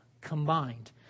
combined